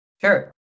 Sure